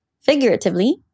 Figuratively